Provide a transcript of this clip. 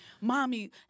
Mommy